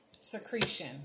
secretion